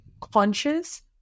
conscious